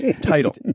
title